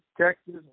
Texas